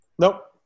nope